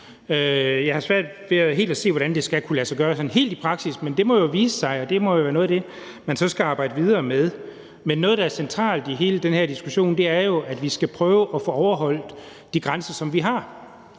Jeg har svært ved helt at se, hvordan det skal kunne lade sig gøre sådan helt i praksis, men det må jo vise sig, og det må være noget af det, man så skal arbejde videre med. Noget, der er centralt i hele den her diskussion, er jo, at vi skal prøve at få overholdt de grænser, som vi har.